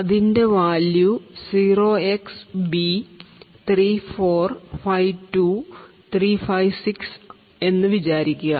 അതിന്റെ value 0xb3452356 എന്ന് വിചാരിക്കുക